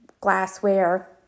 glassware